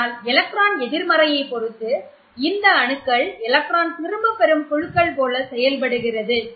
ஆனால் எலக்ட்ரான் எதிர்மறையை பொருத்து இந்த அணுக்கள் எலக்ட்ரான் திரும்பப்பெறும் குழுக்கள் போல செயல்படுகிறது